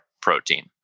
protein